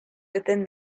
within